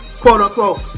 quote-unquote